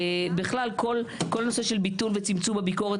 בכלל כל נושא של ביטול וצמצום הביקורת